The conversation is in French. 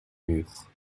mur